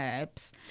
herbs